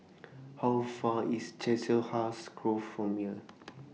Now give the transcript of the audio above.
How Far IS Chiselhurst Grove from here